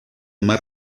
más